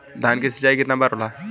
धान क सिंचाई कितना बार होला?